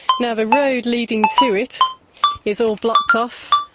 now, the road leading to it is all blocked off,